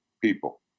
people